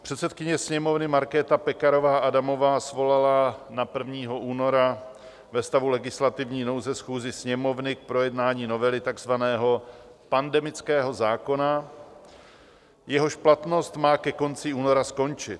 Předsedkyně Sněmovny Markéta Pekarová Adamová svolala na 1. února ve stavu legislativní nouze schůzi Sněmovny k projednání novely takzvaného pandemického zákona, jehož platnost má ke konci února skončit.